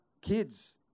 kids